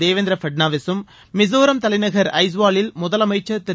தேவேந்திர பட்னாவிசம் மிசோராம் தலைநகா் ஐஸ்வாலில் முதலமைச்சள் திரு